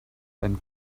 wenn